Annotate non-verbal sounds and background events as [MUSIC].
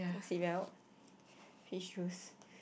seat belt [BREATH] fish juice